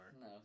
No